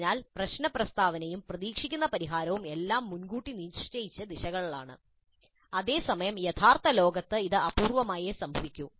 അതിനാൽ പ്രശ്നപ്രസ്താവനയും പ്രതീക്ഷിക്കുന്ന പരിഹാരവും എല്ലാം മുൻകൂട്ടി നിശ്ചയിച്ച ദിശകളിലാണ് അതേസമയം യഥാർത്ഥ ലോകത്ത് ഇത് അപൂർവ്വമായി മാത്രമേ സംഭവിക്കൂ